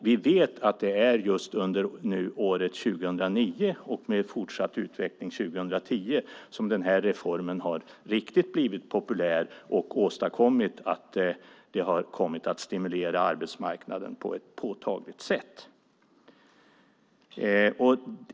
Vi vet att det är just under 2009, med fortsatt utveckling 2010, som den här reformen har blivit riktigt populär och kommit att stimulera arbetsmarknaden på ett påtagligt sätt.